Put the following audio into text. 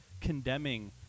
condemning